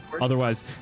Otherwise